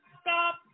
stop